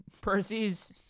Percy's